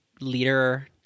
leader